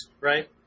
Right